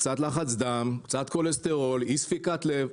קצת לחץ דם, קצת כולסטרול, אי ספיקת לב.